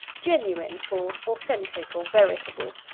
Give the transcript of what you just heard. genuine for authentic, or veritable.